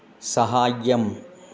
सहायम्